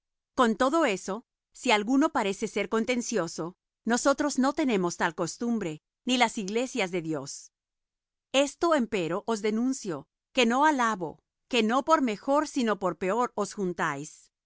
con todo eso si alguno parece ser contencioso nosotros no tenemos tal costumbre ni las iglesias de dios esto empero os denuncio que no alabo que no por mejor sino por peor os juntáis